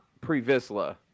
Previsla